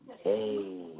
Hey